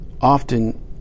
often